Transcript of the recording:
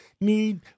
need